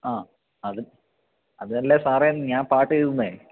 ആ അത് അതിനല്ലേ സാറേ ഞാന് പാട്ടെഴുതുന്നത്